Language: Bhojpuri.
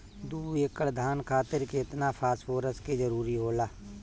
दु एकड़ धान खातिर केतना फास्फोरस के जरूरी होला?